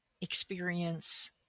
experience